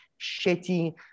shitty